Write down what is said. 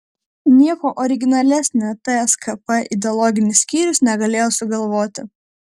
nieko originalesnio tskp ideologinis skyrius negalėjo sugalvoti